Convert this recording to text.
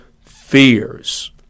fears